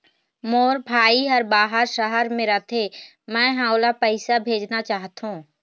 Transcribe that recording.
मोर भाई हर बाहर शहर में रथे, मै ह ओला पैसा भेजना चाहथों